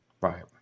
Right